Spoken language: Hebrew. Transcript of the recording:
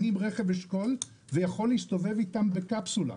אני עם רכב אשכול ויכול להסתובב איתם בקפסולה.